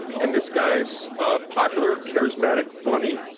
and this guy's popular, charismatic, funny,